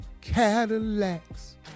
Cadillacs